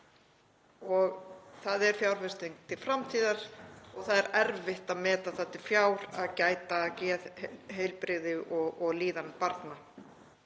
Það er fjárfesting til framtíðar og það er erfitt að meta til fjár að gæta að geðheilbrigði og líðan barna